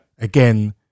Again